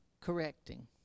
correcting